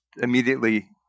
immediately